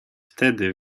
wtedy